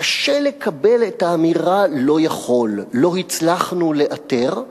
קשה לקבל את האמירה "לא יכול", "לא הצלחנו לאתר",